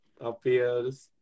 appears